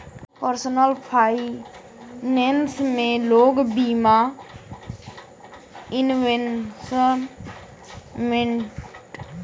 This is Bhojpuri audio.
पर्सलन फाइनेंस में लोग बीमा, इन्वेसमटमेंट, सेविंग, फिक्स डिपोजिट करलन